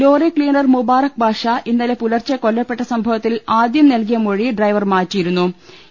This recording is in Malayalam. ലോറി ക്സീനർ മുബാറക്ക് ബാഷ ഇന്നലെ പുലർച്ചെ കൊല്ല പ്പെട്ട സംഭവത്തിൽ ആദ്യം നൽകിയ മൊഴി ഡ്രൈവർ മാറ്റിയിരു ന്നു